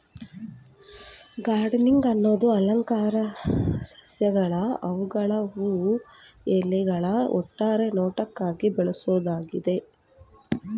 gardening ಅನ್ನದು ಅಲಂಕಾರಿಕ ಸಸ್ಯಗಳ್ನ ಅವ್ಗಳ ಹೂ ಎಲೆಗಳ ಒಟ್ಟಾರೆ ನೋಟಕ್ಕಾಗಿ ಬೆಳ್ಸೋದಾಗಯ್ತೆ